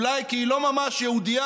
אולי כי היא לא ממש יהודייה